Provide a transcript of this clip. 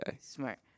Smart